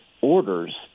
orders